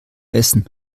essen